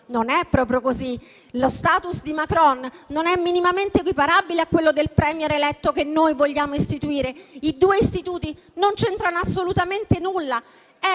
non è proprio così. Lo *status* di Macron non è minimamente equiparabile a quello del *Premier* eletto che noi vogliamo istituire. I due istituti non c'entrano assolutamente nulla